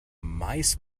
mice